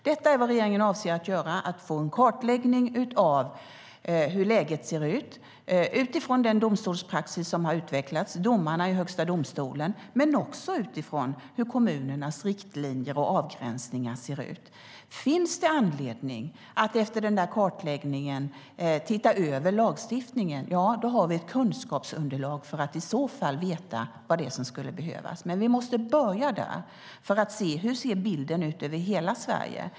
Detta är vad regeringen avser att göra: att få en kartläggning av hur läget ser ut utifrån domarna i Högsta domstolen och den domstolspraxis som har utvecklats och men också utifrån hur kommunernas riktlinjer och avgränsningar ser ut. Finns det anledning att efter kartläggningen se över lagstiftningen har vi ett kunskapsunderlag för att veta vad som skulle behövas. Vi måste börja där för att se hur bilden ser ut över hela Sverige.